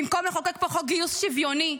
במקום לחוקק פה חוק גיוס שוויוני,